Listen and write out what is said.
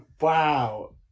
wow